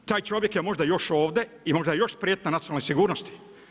Taj čovjek je možda još ovdje i možda je još prijetnja nacionalnoj sigurnosti.